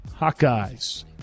Hawkeyes